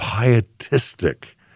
pietistic